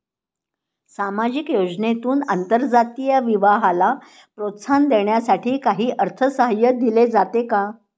सामाजिक योजनेतून आंतरजातीय विवाहाला प्रोत्साहन देण्यासाठी काही अर्थसहाय्य दिले जाते का?